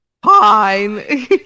Fine